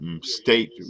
state